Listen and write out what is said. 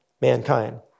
mankind